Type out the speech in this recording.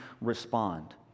respond